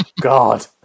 God